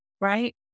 Right